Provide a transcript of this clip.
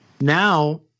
Now